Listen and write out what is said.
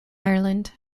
ireland